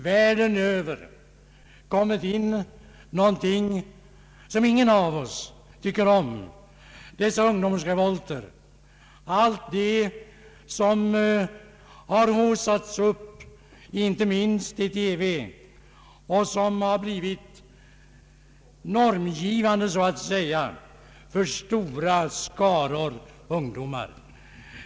Världen över har kommit in någonting som ingen av oss tycker om, dessa ungdomsrevolter och allt det som har haussats upp, inte minst i TV, och blivit normgivande för stora skaror ungdomar.